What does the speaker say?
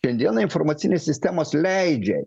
šiandienai informacinės sistemos leidžia